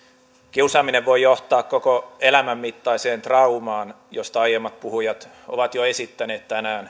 kiusaaminen voi johtaa koko elämän mittaiseen traumaan josta aiemmat puhujat ovat jo esittäneet tänään